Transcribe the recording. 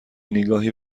نگاهی